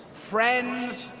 friends,